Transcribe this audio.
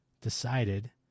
decided